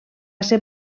ser